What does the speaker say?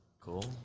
cool